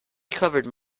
recovered